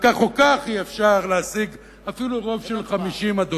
וכך או כך אי-אפשר להשיג אפילו רוב של 50, אדוני,